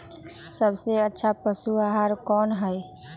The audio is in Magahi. सबसे अच्छा पशु आहार कोन हई?